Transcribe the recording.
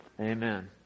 Amen